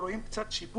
קשה?